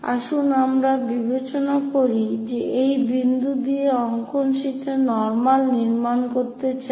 আসুন আমরা বিবেচনা করি যে এই বিন্দু দিয়ে অঙ্কন শীটে নর্মাল নির্মাণ করতে চাই